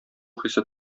хисе